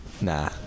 nah